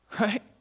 Right